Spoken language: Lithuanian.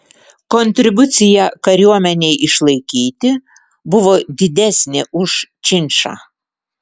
kontribucija kariuomenei išlaikyti buvo didesnė už činšą